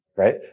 Right